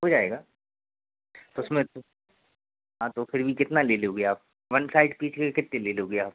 हो जाएगा तो उसमें हाँ तो फिर भी कितना ले लोगे आप वन साइड पीछे के कितने ले लोगे आप